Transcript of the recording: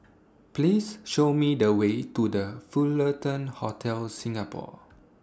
Please Show Me The Way to The Fullerton Hotel Singapore